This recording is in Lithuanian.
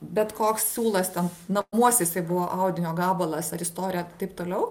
bet koks siūlas ten namuos jisai buvo audinio gabalas ar istorija taip toliau